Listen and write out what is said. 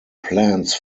plans